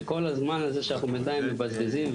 שכל הזמן הזה שאנחנו בינתיים מתבזבזים,